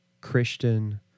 Christian